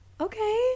okay